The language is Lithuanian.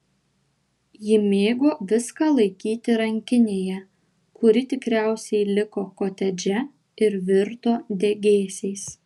ji mėgo viską laikyti rankinėje kuri tikriausiai liko kotedže ir virto degėsiais